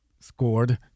scored